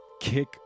Kick